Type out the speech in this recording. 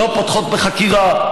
לא פותחות בחקירה,